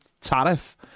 tariff